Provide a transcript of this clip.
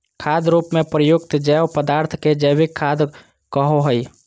खाद रूप में प्रयुक्त जैव पदार्थ के जैविक खाद कहो हइ